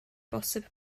posib